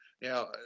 Now